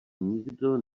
nikdo